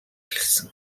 эхэлсэн